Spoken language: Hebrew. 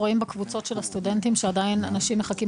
בקבוצות של הסטודנטים שאנשים עדיין מחכים